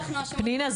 אנחנו אשמות --- פנינה,